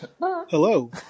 Hello